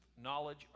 knowledge